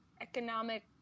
economic